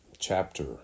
Chapter